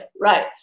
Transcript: Right